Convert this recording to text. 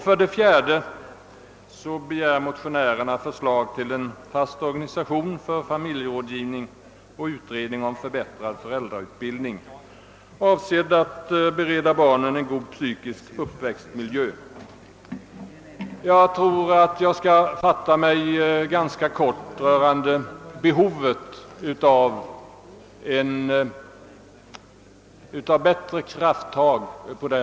För det fjärde begär motionärerna »förslag till en fast organisation för familjerådgivning och utredning om förbättrad föräldrautbildning, avsedd att bereda barnen en god psykisk uppväxtmiljö». Vad beträffar behovet av kraftigare tag på detta område kan jag fatta mig kort.